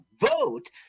vote